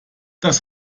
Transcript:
das